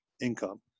income